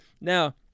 Now